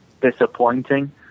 disappointing